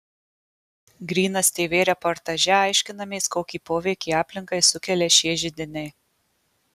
grynas tv reportaže aiškinamės kokį poveikį aplinkai sukelia šie židiniai